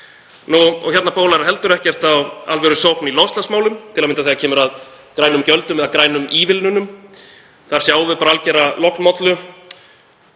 Hér bólar heldur ekkert á alvörusókn í loftslagsmálum, til að mynda þegar kemur að grænum gjöldum eða grænum ívilnunum. Þar sjáum við bara algera lognmollu